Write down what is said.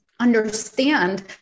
understand